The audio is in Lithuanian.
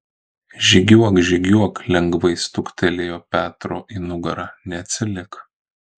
žygiuok žygiuok lengvai stuktelėjo petro į nugarą neatsilik